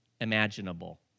imaginable